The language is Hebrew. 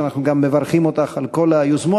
ואנחנו גם מברכים אותך על כל היוזמות,